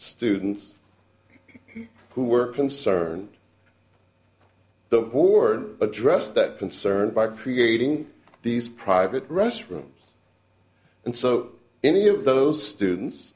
students who were concerned the poor address that concern by creating these private restrooms and so any of those students